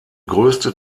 größte